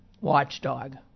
watchdog